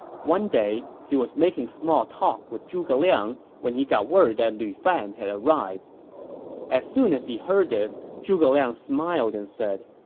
one day, he was making small talk with zhuge liang when he got word that lu fan had arrived as soon as he heard this, zhuge liang smiled and said,